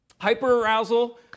Hyperarousal